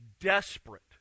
desperate